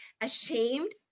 ashamed